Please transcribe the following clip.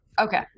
Okay